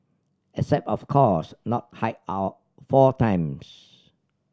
except of course not hike our four times